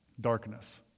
Darkness